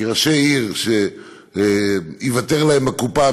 כי ראשי עיר שייוותר להם כסף בקופה,